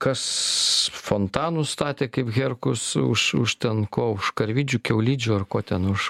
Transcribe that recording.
kas fontanus statė kaip herkus už už ten ko už karvidžių kiaulidžių ar ko ten už